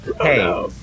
Hey